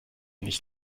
nicht